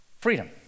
freedom